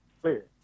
clear